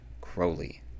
Crowley